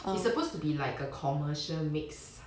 it's supposed to be like a commercial mixed